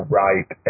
right